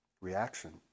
reaction